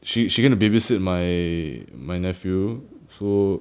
she she going to babysit my my nephew so